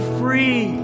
free